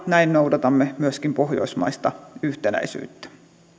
näin noudatamme myöskin pohjoismaista yhtenäisyyttä